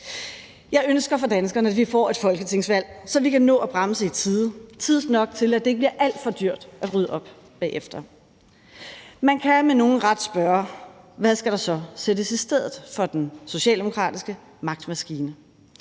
Jeg ønsker for danskerne, at vi får et folketingsvalg, så vi kan nå at bremse i tide, tidsnok til, at det ikke bliver alt for dyrt at rydde op bagefter. Man kan med nogen ret spørge: Hvad skal der så sættes i stedet for den socialdemokratiske magtmaskine?